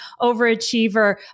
overachiever